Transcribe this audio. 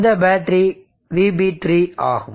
இந்த battery VB3 ஆகும்